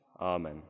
amen